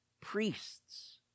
priests